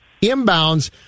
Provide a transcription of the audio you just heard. inbounds